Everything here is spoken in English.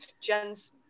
Jen's